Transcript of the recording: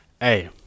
Hey